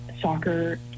soccer